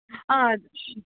ആ